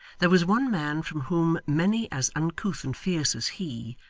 there was one man from whom many as uncouth and fierce as he,